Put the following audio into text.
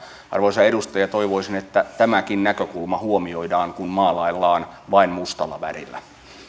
arvoisa edustaja toivoisin että tämäkin näkökulma huomioidaan kun maalaillaan vain mustalla värillä